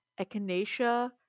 Echinacea